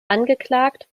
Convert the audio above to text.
angeklagt